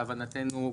להבנתנו,